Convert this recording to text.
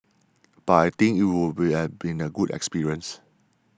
but I think it would been a good experience